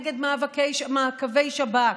נגד מעקבי שב"כ,